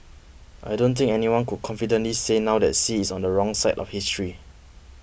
I don't think anyone could confidently say now that Xi is on the wrong side of history